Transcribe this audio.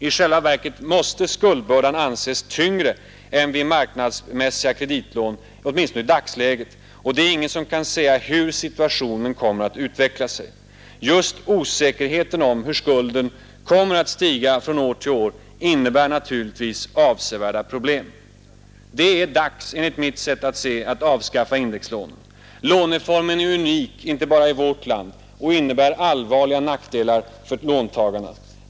I själva verket måste skuldbördan anses tyngre än vid marknadsmässiga kreditlån, åtminstone i dagsläget, och det är ingen som kan säga hur situationen kommer att utveckla sig. Just osäkerheten om hur skulden kommer att stiga från år till år innebär naturligtvis avsevärda problem. Det är dags att avskaffa indexlånen. Låneformen är unik inte bara i vårt land och innebär allvarliga nackdelar för låntagarna.